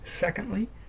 Secondly